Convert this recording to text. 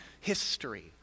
history